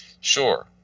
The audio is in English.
Sure